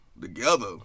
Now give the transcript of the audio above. together